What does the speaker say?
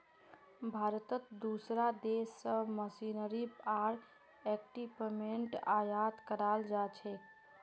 भारतत दूसरा देश स मशीनरी आर इक्विपमेंट आयात कराल जा छेक